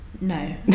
No